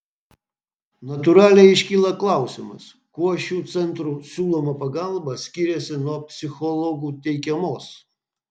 natūraliai iškyla klausimas kuo šių centrų siūloma pagalba skiriasi nuo psichologų teikiamos